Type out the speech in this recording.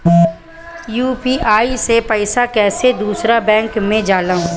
UPI से पैसा कैसे दूसरा बैंक मे जाला?